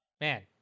Man